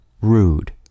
rude